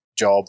job